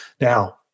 Now